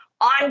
on